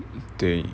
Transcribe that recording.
对